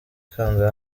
kanda